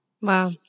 Wow